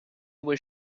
was